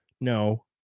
No